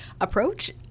approach